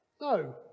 No